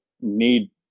need